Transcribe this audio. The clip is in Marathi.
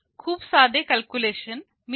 खूप साधे कॅल्क्युलेशन मी थोडक्यात स्पष्ट करत आहे